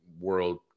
world